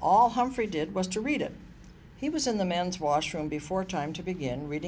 all humphrey did was to read it he was in the men's washroom before time to begin reading